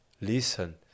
Listen